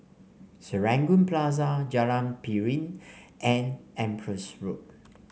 Serangoon Plaza Jalan Piring and Empress Road